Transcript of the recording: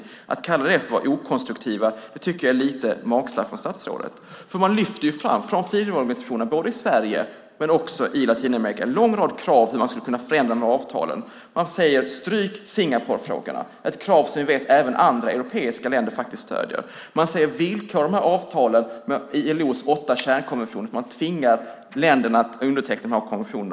Att statsrådet kallar detta för att inte vara konstruktiv tycker jag är lite magstarkt. Man lyfter från frivilligorganisationerna både i Sverige och i Latinamerika fram en lång rad krav på hur man skulle kunna förändra dessa avtal. Man säger: Stryk Singaporefrågorna! Det är ett krav som vi vet att även andra europeiska länder faktiskt stöder. Man säger: Villkora dessa avtal med ILO:s åtta kärnkonventioner så att man tvingar länderna att underteckna dessa konventioner!